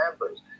members